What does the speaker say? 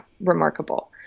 Remarkable